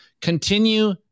continue